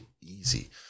easy